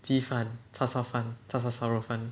几番叉烧饭这是叉烧烧肉饭